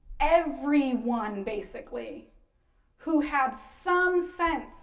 everyone basically who had some sense